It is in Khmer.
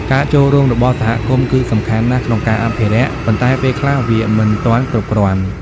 ការចូលរួមរបស់សហគមន៍គឺសំខាន់ណាស់ក្នុងការអភិរក្ស ប៉ុន្តែពេលខ្លះវាមិនទាន់គ្រប់គ្រាន់។